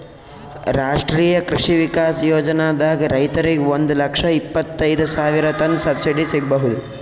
ರಾಷ್ಟ್ರೀಯ ಕೃಷಿ ವಿಕಾಸ್ ಯೋಜನಾದಾಗ್ ರೈತರಿಗ್ ಒಂದ್ ಲಕ್ಷ ಇಪ್ಪತೈದ್ ಸಾವಿರತನ್ ಸಬ್ಸಿಡಿ ಸಿಗ್ಬಹುದ್